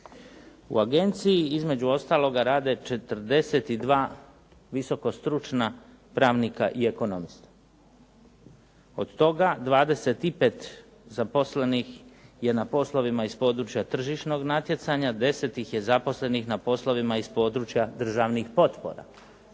U agenciji između ostaloga rade 42 visokostručna pravnika i ekonomista. Od toga 25 zaposlenih je na poslovima iz područja tržišnog natjecanja, 10 ih je zaposlenih na poslovima iz područja državnih potpora.